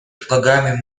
предлагаем